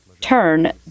turn